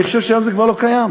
אני חושב שהיום זה כבר לא קיים.